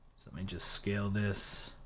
let me just scale this,